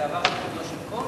זה עבר, לא.